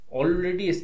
already